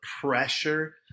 pressure